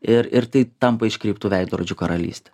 ir ir tai tampa iškreiptų veidrodžių karalyste